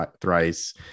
thrice